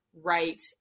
right